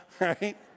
right